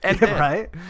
Right